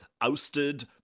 ousted